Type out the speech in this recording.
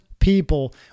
people